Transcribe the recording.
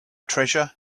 treasure